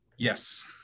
Yes